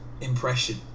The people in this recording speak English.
impression